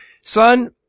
son